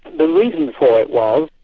the reason for it was